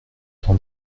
d’en